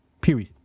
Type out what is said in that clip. Period